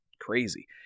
crazy